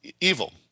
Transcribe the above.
evil